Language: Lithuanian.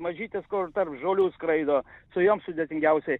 mažytes kur tarp žolių skraido su jom sudėtingiausiai